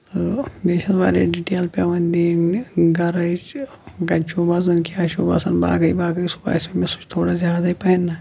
آ بیٚیہِ چھُ واریاہ ڈِتیلہٕ پیوان دِنہِ یِم غرٕض چھُ کَتہِ چھُ روزان کیاہ چھُ روزان باقٕے باقٕے سُہ باسیو مےٚ سُہ چھُ تھوڑا زیادَے پَہن نہ